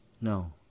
No